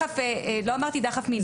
לא אמרתי דחף מיני.